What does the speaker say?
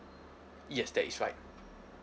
yes that is right